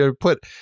put